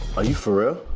are you for real?